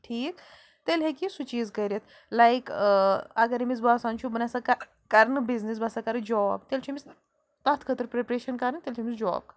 ٹھیٖک تیٚلہِ ہیٚکہِ یہِ سُہ چیٖز کٔرِتھ لایِک اَگر أمِس باسان چھُ بہٕ نَہ سا کہ کَرٕنہٕ بِزنِس بہٕ ہسا کَرٕ جاب تیٚلہِ چھُ أمِس تَتھ خٲطرٕ پرٛٮ۪پرٛیشَن کَرٕنۍ تیٚلہِ چھُ أمِس جاب